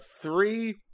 three